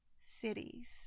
cities